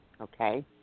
okay